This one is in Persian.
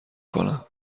کنم